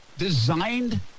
designed